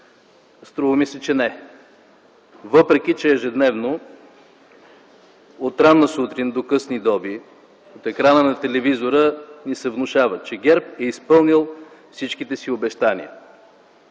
Струва ми се, че не, въпреки че ежедневно от ранна сутрин до късни доби от екрана на телевизора ни се внушава, че ГЕРБ е изпълнил всичките си обещания.